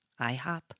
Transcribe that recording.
IHOP